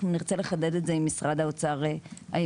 אנחנו נרצה לחדד את זה עם משרד האוצר היום.